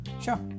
sure